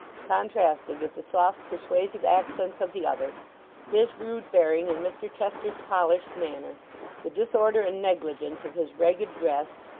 contrasted with the soft persuasive accents of the other his rude bearing, and mr chester's polished manner the disorder and negligence of his ragged dress,